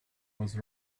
was